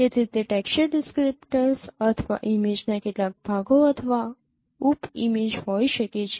તેથી તે texture descriptors અથવા ઇમેજના કેટલાક ભાગો અથવા ઉપ ઇમેજ હોઈ શકે છે